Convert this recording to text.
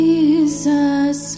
Jesus